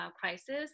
crisis